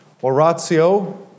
Oratio